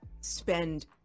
spend